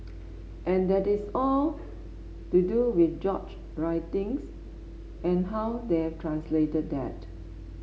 and that is all to do with George writings and how they have translated that